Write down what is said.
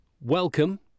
welcome